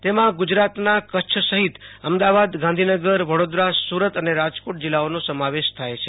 તેમાં ગુજરાતના કચ્છ સહિત અમદાવાદ ગાંધીનગર સુરત઼રાજકોટ જીલ્લાઓનો સમાવેશ થાય છે